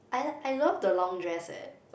I like I love the long dress eh